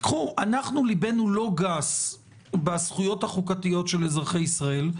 ליבנו לא גס בזכויות החוקתיות של אזרחי ישראל,